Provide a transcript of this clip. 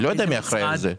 אני לא יודע מי אחראי לזה,